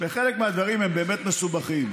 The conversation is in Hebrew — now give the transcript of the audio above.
וחלק מהדברים הם באמת מסובכים,